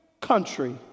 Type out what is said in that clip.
country